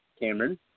Cameron